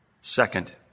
Second